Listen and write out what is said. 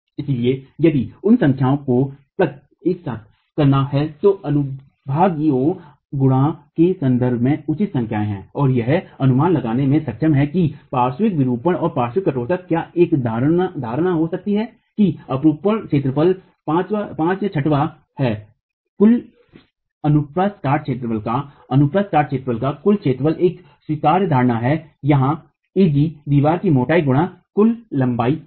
इसलिए यहां उन संख्याओं को प्लग करना है जो अनुभागीय गुणों के संदर्भ में उचित संख्याएं हैं और यह अनुमान लगाने में सक्षम हैं कि पार्श्व विरूपण और पार्श्व कठोरता क्या एक धारणा हो सकती है कि अपरूपण क्षेत्रफल 5 6 वां है कुल अनुप्रस्थ काट क्षेत्रफल का अनुप्रस्थ काट क्षेत्रफल का कुल क्षेत्रफल एक स्वीकार्य धारणा है यहां Ag एजी दीवार की मोटाई गुणा कुल लंबाई है